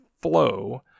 flow